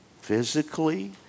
physically